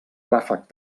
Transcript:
ràfec